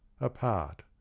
apart